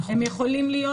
הם יכולים להיות